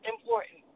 important